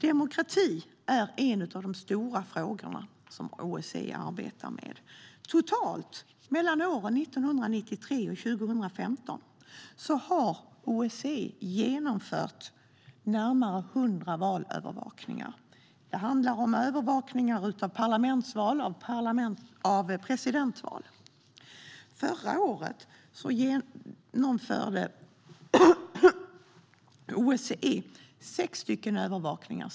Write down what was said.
Demokrati är en av de stora frågor som OSSE arbetar med. Mellan åren 1993 och 2015 har OSSE totalt genomfört närmare 100 valövervakningar. Det handlar om övervakningar av parlamentsval och av presidentval. Förra året genomförde OSSE sex övervakningar.